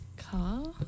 Car